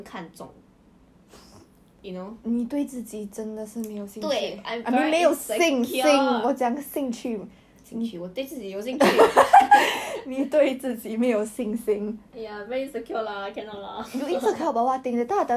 I will just insult you [one] [what] but is like joking [one] lah is joking [one] [what] but I've never done that right 我都没有讲过我有讲过你肥 meh 都没有讲 [what] is a joke [what]